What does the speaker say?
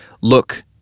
Look